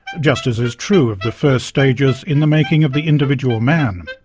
just as is true of the first stages in the making of the individual man.